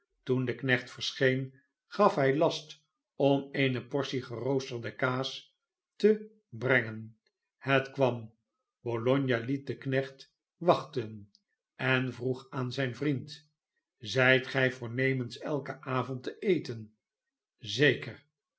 toen de knecht verscheen gaf hij last om eene portie geroosterde kaas te brengen het kwam bologna liet den knecht wachten en vroeg aan zijn vriend zijt gij voornemens elken avond te eten zeker